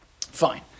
Fine